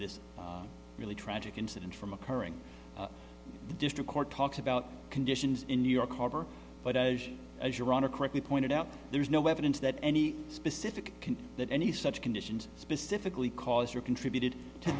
this really tragic incident from occurring the district court talks about conditions in new york harbor but as as your honor correctly pointed out there's no evidence that any specific can that any such conditions specifically cause or contributed to